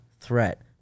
threat